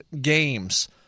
games